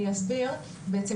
בעצם,